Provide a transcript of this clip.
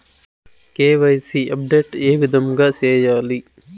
KYC update ఏ విధంగా సేయాలి?